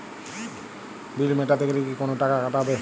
বিল মেটাতে গেলে কি কোনো টাকা কাটাবে?